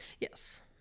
Yes